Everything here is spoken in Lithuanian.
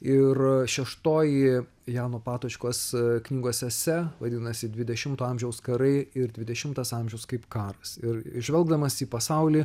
ir šeštoji jano patočkos knygos esė vadinasi dvidešimto amžiaus karai ir dvidešimtas amžius kaip karas ir žvelgdamas į pasaulį